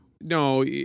no